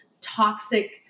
toxic